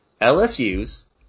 LSU's